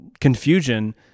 confusion